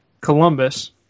Columbus